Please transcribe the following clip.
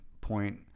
point